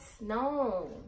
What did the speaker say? No